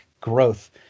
growth